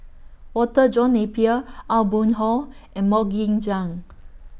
Walter John Napier Aw Boon Haw and Mok Ying Jang